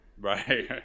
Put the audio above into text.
Right